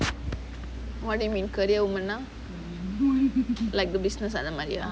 what do you mean career woman ah like the business அந்த மாரிய:antha maariya